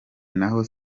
naho